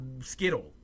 skittle